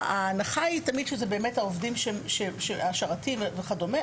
ההנחה היא תמיד שזה תמיד השרתים וכדומה,